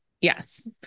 Yes